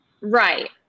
Right